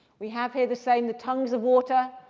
we have here the same, the tongues of water,